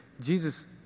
Jesus